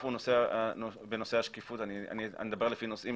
אני אדבר לפי נושאים,